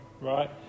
right